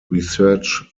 research